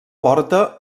porta